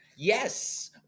Yes